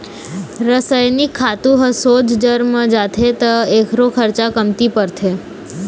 रसइनिक खातू ह सोझ जर म जाथे त एखरो खरचा कमती परथे